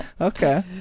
Okay